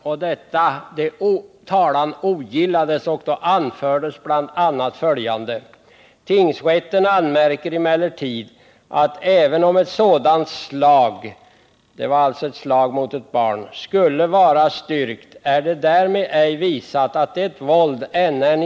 Därvid anfördes bl.a. följande: ”Tingsrätten anmärker emellertid, att även om ett sådant slag” — det var ett slag mot ett treårigt barn — skulle vara styrkt, är därmed ej visat att det våld N.N.